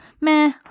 meh